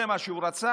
זה מה שהוא רצה,